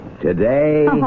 Today